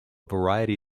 variety